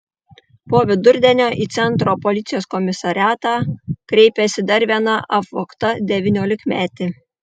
po vidurdienio į centro policijos komisariatą kreipėsi dar viena apvogta devyniolikmetė